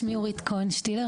שמי אורית כהן שטילר,